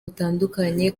butandukanye